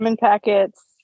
packets